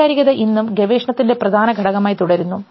വൈകാരികത ഇന്നും ഗവേഷണത്തിൻറെ പ്രധാനഘടകമായി തുടരുന്നു